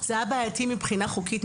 זה היה בעייתי מבחינה חוקית,